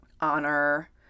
honor